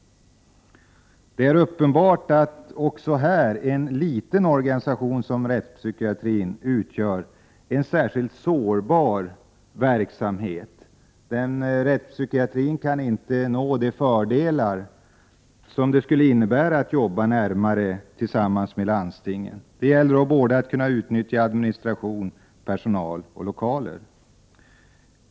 Det är uppenbart att också en så liten organisation som den som «Prot. 1988/89:105 rättspsykiatrin utgör är en sårbar verksamhet. Den rättspsykiatriska verk 27 april 1989 samheten kan inte nå de fördelar som det skulle innebära att arbeta närmare landstingen. Det gäller att både kunna utnyttja administration, personal och lokaler.